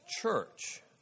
church